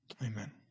amen